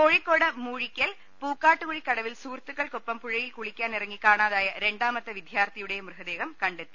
കോഴിക്കോട് മൂഴിക്കൽ പൂക്കാട്ടുകുഴി കടവിൽ സുഹൃത്തുക്കൾക്കൊപ്പം പുഴയിൽ കുളിക്കാനിറങ്ങി കാണാതായ രണ്ടാമത്തെ വിദ്യാർത്ഥിയുടെയും മൃതദേഹം കണ്ടെത്തി